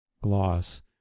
Gloss